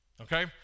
Okay